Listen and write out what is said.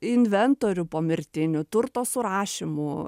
inventorių pomirtinių turto surašymų